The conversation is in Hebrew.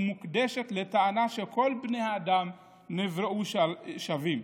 ומוקדשת לטענה שכל בני האדם נבראו שווים",